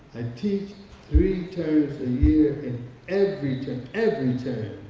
i teach three terms a year, in every term, every term.